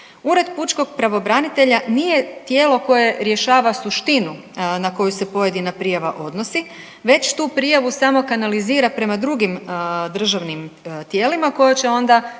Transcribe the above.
Ured pučkog pravobranitelja nije tijelo koje rješava suštinu na koje se pojedina prijava odnosi već tu prijavu samo kanalizira prema drugim državnim tijelima koje će onda